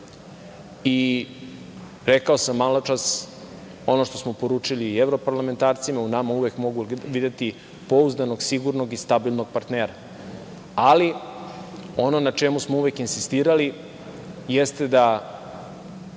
i rekao sam maločas, ono što smo poručili i evroparlamentarcima, u nama uvek mogu videti pouzdanog, sigurnog i stabilnog partnera. Ali, ono na čemu smo uvek insistirali jeste da